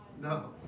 No